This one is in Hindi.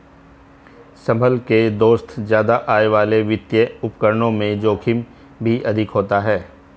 संभल के दोस्त ज्यादा आय वाले वित्तीय उपकरणों में जोखिम भी अधिक होता है